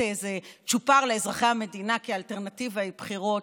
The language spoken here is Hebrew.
איזה צ'ופר לאזרחי המדינה כאלטרנטיבה לבחירות,